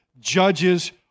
judges